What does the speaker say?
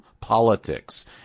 Politics